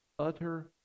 utter